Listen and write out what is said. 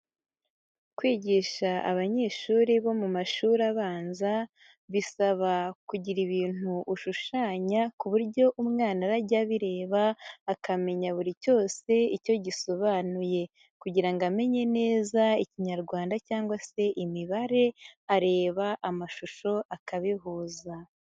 Kwigisha abanyeshuri bo mu mashuri abanza, bisaba kugira ibintu ushushanya ku buryo umwana arajya abireba akamenya buri cyose icyo gisobanuye. Kugira ngo amenye neza ikinyarwanda cyangwa se imibare, areba amashusho akabihuza.